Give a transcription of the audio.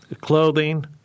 clothing